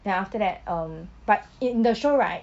then after that um but in the show right